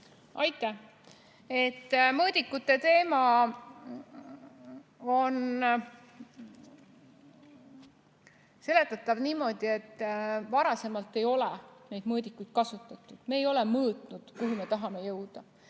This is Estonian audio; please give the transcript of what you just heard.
Aitäh! Mõõdikute teema on seletatav niimoodi, et varasemalt ei ole neid mõõdikuid kasutatud. Me ei ole mõõtnud, kuhu me tahame jõuda.